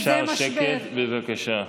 אם אפשר שקט, בבקשה.